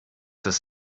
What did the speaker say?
das